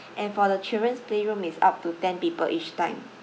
and for the children playroom is up to ten people each time